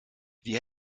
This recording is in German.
wir